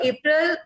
April